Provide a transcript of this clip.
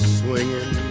swinging